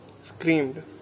screamed